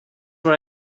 what